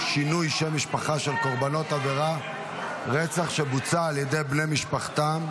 שינוי שם משפחה של קורבנות עבירת רצח שבוצע על ידי שם משפחתם),